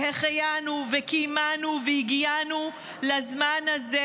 שהחיינו וקיימנו והגענו לזמן הזה.